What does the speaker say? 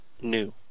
new